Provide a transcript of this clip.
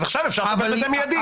עכשיו אפשר לטפל בזה מידית.